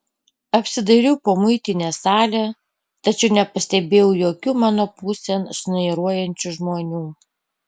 apsidairiau po muitinės salę tačiau nepastebėjau jokių mano pusėn šnairuojančių žmonių